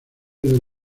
del